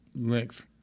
length